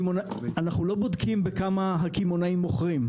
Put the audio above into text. אנחנו לא בודקים בכמה הקמעונאים מוכרים,